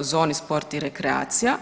zoni sport i rekreacija.